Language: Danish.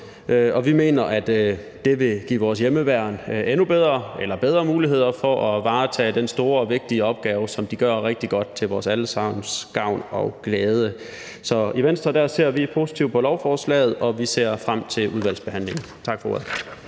og vi mener, at det vil give vores hjemmeværn bedre muligheder for at varetage den store og vigtige opgave, som de gør rigtig godt til vores alle sammens gavn og glæde. Så i Venstre ser vi positivt på lovforslaget, og vi ser frem til udvalgsbehandlingen. Tak for ordet.